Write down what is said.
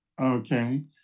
Okay